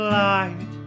light